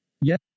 Yes